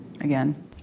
again